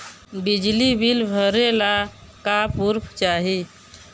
बिजली बिल भरे ला का पुर्फ चाही?